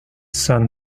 san